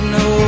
no